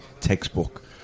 textbook